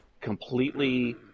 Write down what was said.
Completely